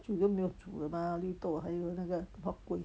煮都没有煮了吗绿豆还有那个 huat kueh